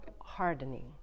hardening